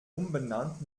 umbenannt